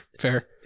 fair